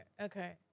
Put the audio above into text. okay